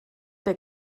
der